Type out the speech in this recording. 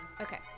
Okay